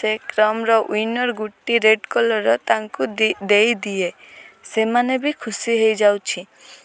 ସେ କ୍ୟାରମ୍ର ଉ ୱିନର୍ ଗୋଟି ରେଡ଼୍ କଲର୍ ତାଙ୍କୁ ଦେଇଦିଏ ସେମାନେ ବି ଖୁସି ହେଇଯାଉଛି